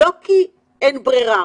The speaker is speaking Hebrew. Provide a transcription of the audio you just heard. לא כי אין ברירה,